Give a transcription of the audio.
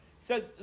says